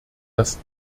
das